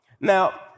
Now